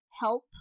help